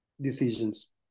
decisions